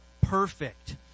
perfect